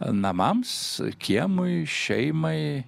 namams kiemui šeimai